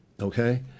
okay